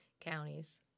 counties